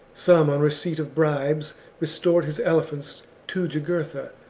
some on receipt of bribes restored his elephants to jugurtha,